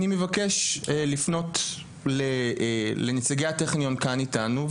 אני מבקש לפנות לנציגי הטכניון כאן אתנו,